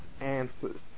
answers